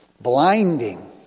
blinding